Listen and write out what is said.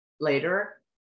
later